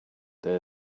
there